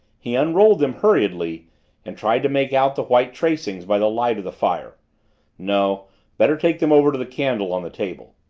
he unrolled them hurriedly and tried to make out the white tracings by the light of the fire no better take them over to the candle on the table.